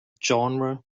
genre